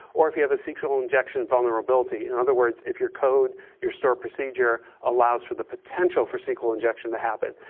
or if you have a sql injection vulnerability. in other words if your code, your store procedure, allows for the potential for sql injection to happen.